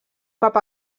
cap